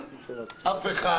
אף אחד